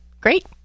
Great